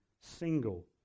single